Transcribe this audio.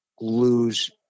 lose